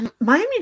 Miami